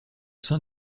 sein